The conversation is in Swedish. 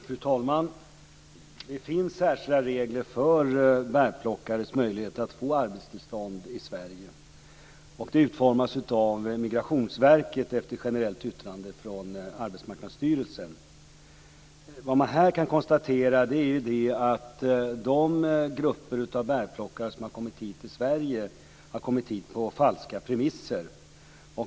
Fru talman! Det finns särskilda regler för bärplockares möjligheter att få arbetstillstånd i Sverige. Det utformas av Migrationsverket efter generellt yttrande från Arbetsmarknadsstyrelsen. Vad man här kan konstatera är att de grupper av bärplockare som har kommit till Sverige har kommit hit på falska premisser.